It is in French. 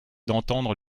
d’entendre